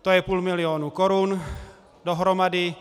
To je půl milionu korun dohromady.